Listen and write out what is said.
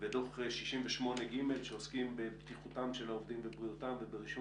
ודוח 68ג' שעוסקים בבטיחותם של העובדים ובריאותם וברישום